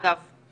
אגב,